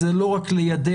זה לא רק ליידע,